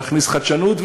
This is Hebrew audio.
להכניס חדשנות.